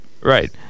Right